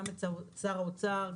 גם את שר האוצר,